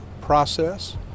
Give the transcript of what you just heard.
process